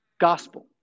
gospel